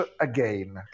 again